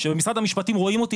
שבמשרד המשפטים רואים אותי,